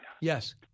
Yes